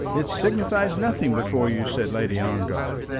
it signifies nothing before you, said lady ongar.